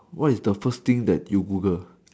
what is the first thing that you Google